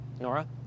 Nora